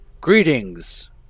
Greetings